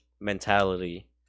mentality